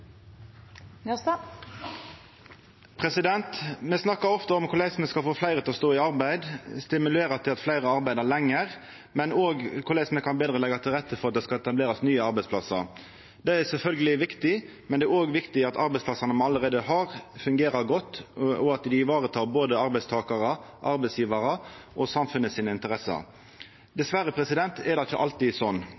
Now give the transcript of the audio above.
Me snakkar ofte om korleis me skal få fleire til å stå i arbeid, korleis stimulera til at fleire arbeider lenger, men òg korleis me betre kan leggja til rette for at det skal etablerast nye arbeidsplassar. Det er sjølvsagt viktig, men det er òg viktig at arbeidsplassane me allereie har, fungerer godt og at dei varetek både arbeidstakarar, arbeidsgjevarar og samfunnets interesser.